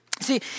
See